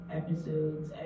episodes